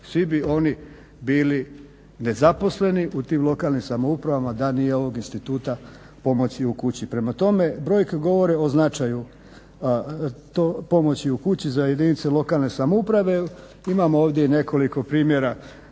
Svi bi oni bili nezaposleni u tim lokalnim samoupravama da nije ovog instituta pomoć u kući. Prema tome brojke govore o značaju pomoći u kući za jedinice lokalne samouprave. Imamo ovdje nekoliko primjera